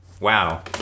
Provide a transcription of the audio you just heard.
Wow